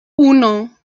uno